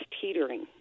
teetering